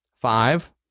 Five